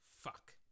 fuck